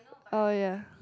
oh ya